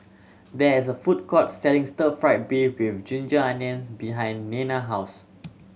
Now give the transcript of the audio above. there is a food court selling stir fried beef with ginger onions behind Nena house